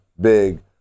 big